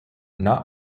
not